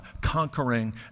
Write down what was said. conquering